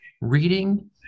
reading